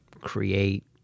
create